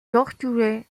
torturée